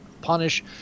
punish